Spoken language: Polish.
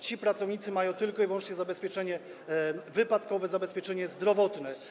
Ci pracownicy mają tylko i wyłącznie zabezpieczenie wypadkowe, zabezpieczenie zdrowotne.